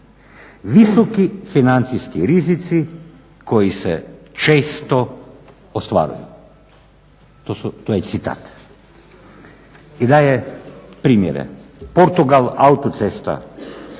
Visoki financijski rizici koji se često ostvaruju". To je citat. I daje primjere Portugal autocesta